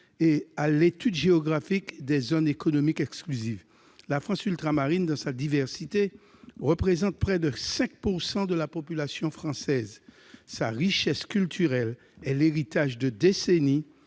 et à l'étude géographique des zones économiques exclusives. La France ultramarine, dans sa diversité, représente près de 5 % de la population française. Sa richesse culturelle est l'héritage de décennies,